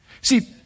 See